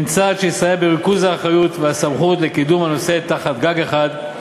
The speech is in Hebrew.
היא צעד שיסייע בריכוז האחריות והסמכות לקידום הנושא תחת גג אחד.